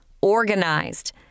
Organized